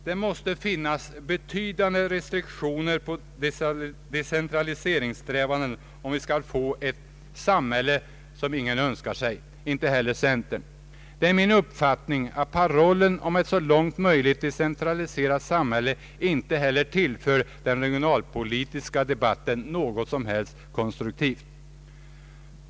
Det måste finnas betydande restriktioner för decentraliseringssträvandena, om vi inte skall få ett samhälle som ingen önskar sig — inte heller centern, Det är min uppfattning att parollen om ett så långt möjligt decentraliserat samhälle inte tillför den regionalpolitiska debatten något som helst konstruktivt.